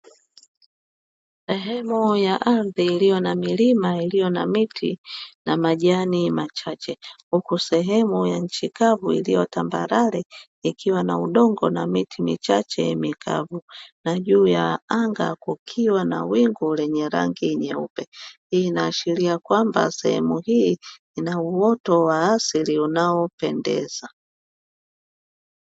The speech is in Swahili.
Sehemu ya ardhi iliyo na milima, iliyo na miti na majani machache, huku sehemu ya nchi kavu iliyo tambarale ikiwa na udongo na miti michache mikavu na juu ya anga ikiwa na wingu lenye rangi nyeupe, hii inaashiria kwamba sehemu hii ina uoto wa asili uliopendeza.